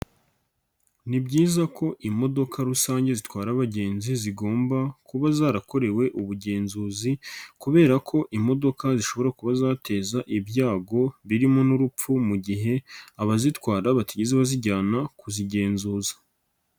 Ni byiza ko imodoka rusange zitwara abagenzi zigomba kuba zarakorewe ubugenzuzi kubera ko imodoka zishobora kuba zateza ibyago birimo n'urupfu mu gihe abazitwara batigeze bazijyana kuzigenzuza.